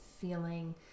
feeling